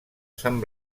sant